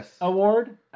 award